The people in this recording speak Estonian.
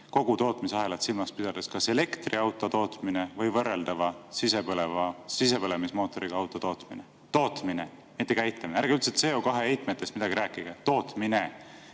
kogu tootmisahelat silmas pidades, kas elektriauto tootmine või võrreldava sisepõlemismootoriga auto tootmine? Tootmine, mitte käitlemine. Ärge CO2-heitmetest üldse midagi rääkige. Tootmine,